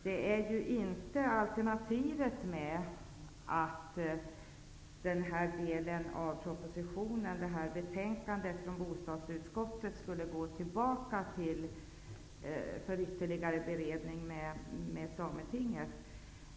Det är inte meningen att alternativet skall vara att den del av propositionen som behandlas i bostadsutskottets betänkande skall vidare för ytterligare beredning av Sametinget.